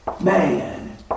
man